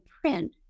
print